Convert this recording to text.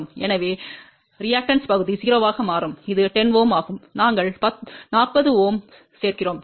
எனவே எதிர்வினை பகுதி 0 ஆக மாறும் இது 10 Ω ஆகும் நாங்கள் 40 Ω சேர்க்கிறோம்